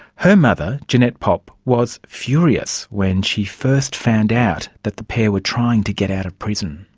her mother, jeanette popp was furious when she first found out that the pair were trying to get out of prison.